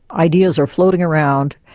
ideas are floating around,